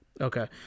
Okay